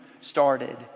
started